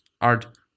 art